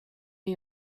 new